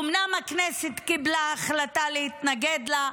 אומנם הכנסת קיבלה החלטה להתנגד לה,